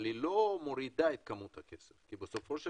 אבל היא לא מורידה את כמות הכסף כי בסופו של